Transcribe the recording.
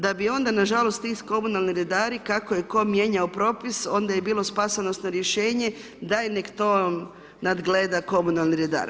Da bi onda nažalost ti komunalni redari, kako je tko mijenjao propis, onda je bilo spasonosno rješenje - daj nek to nadgleda komunalni redar.